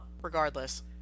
Regardless